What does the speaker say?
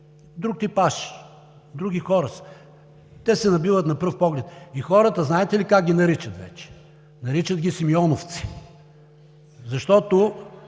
друг типаж, други хора са, те се набиват на пръв поглед. Хората знаете ли как ги наричат вече? Наричат ги симеоновци, защото